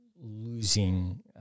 losing